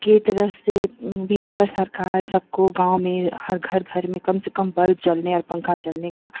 के तरफ़ से भी अगर सरकार सबको गाँव में हर घर घर में कम से कम बल्ब जलने और पंखा चलने का